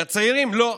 לצעירים לא,